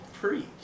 Preach